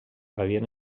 havien